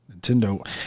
Nintendo